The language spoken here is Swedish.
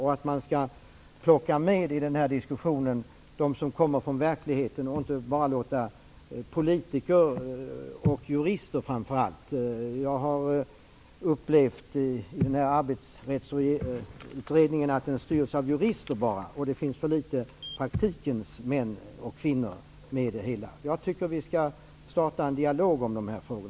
Vi skall plocka med dem som kommer från verkligheten och inte enbart låta politiker och jurister vara med. Arbetsrättsutredningens styrelse består av enbart jurister. Det finns för få praktikens män och kvinnor med. Jag tycker att vi skall starta en dialog om dessa frågor.